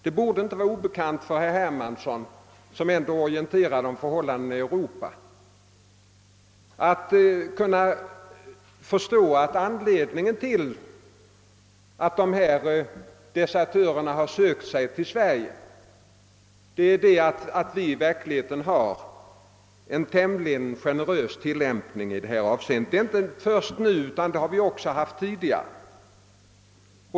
Det borde inte vara omöjligt för herr Hermansson, som ändå är orienterad om förhållandena i Europa, att förstå att anledningen till att dessa desertörer har sökt sig till Sverige är att vi i verkligheten är tämligen generösa när det gäller att ge fristad för flyktingar. Det har vi inte blivit först nu, utan vi har varit det också tidigare.